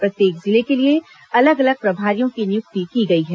प्रत्येक जिले के लिए अलग अलग प्रभारियों की नियुक्ति की गई है